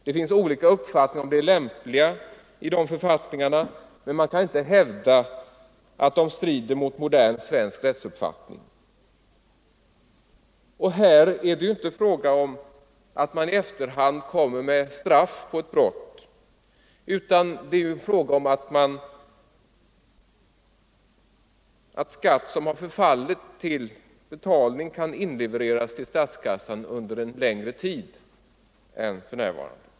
Det finns olika uppfattningar om det lämpliga i de författningarna, men man kan inte hävda att de strider mot modern svensk rättsuppfattning.” Och här är det inte fråga om att man i efterhand kommer med ett straff för ett brott, utan det är fråga om att skatt som har förfallit till betalning kan inlevereras till statskassan under en längre tid än för närvarande.